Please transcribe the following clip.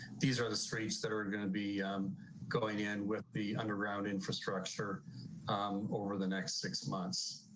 these are the streets that are going to be going in with the underground infrastructure over the next six months.